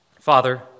Father